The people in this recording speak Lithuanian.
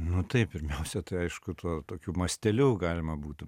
nu taip pirmiausia tai aišku tuo tokiu masteliu galima būtų